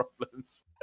problems